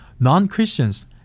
Non-Christians